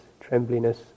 trembliness